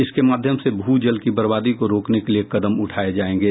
इसके माध्यम से भू जल की बर्बादी को रोकने के लिये कदम उठाये जायेंगे